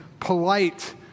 Polite